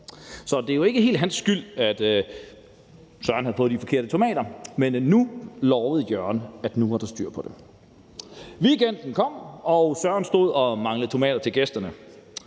Så det er jo ikke helt hans skyld, at Søren har fået de dårlige tomater. Men nu lover Jørgen, at der er styr på det. Weekenden kom, og Søren stod og manglede tomater til gæsterne,